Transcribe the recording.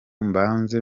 mbanze